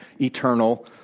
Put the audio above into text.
eternal